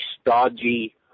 stodgy